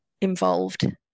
involved